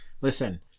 Listen